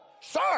sir